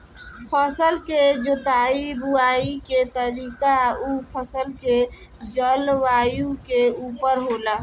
फसल के जोताई बुआई के तरीका उ फसल के जलवायु के उपर होला